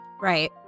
Right